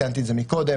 ציינתי את זה קודם.